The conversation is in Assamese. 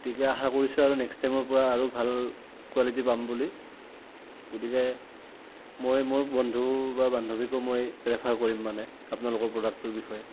এতিয়া আশা কৰিছোঁ আৰু নেক্সট টাইমৰ পৰা আৰু ভাল কোৱালিটি পাম বুলি গতিকে মই মোৰ বন্ধু বা বান্ধৱীকো মই ৰেফাৰ কৰিম মানে আপোনালোকৰ প্ৰ'ডাক্টটোৰ বিষয়ে